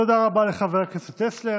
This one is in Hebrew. תודה רבה לחבר הכנסת טסלר.